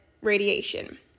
radiation